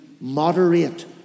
moderate